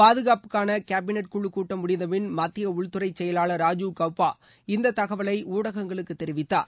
பாதுகாப்புக்காள cabinet குழுக்கூட்டம் முடிந்தபின் மத்திய உள்துறை செயலாளர் ராஜீவ் கௌபா இந்த தகவலை ஊடகங்களுக்கு தெரிவித்தார்